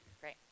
Great